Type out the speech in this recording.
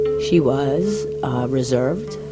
she was reserved,